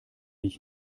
ich